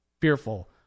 fearful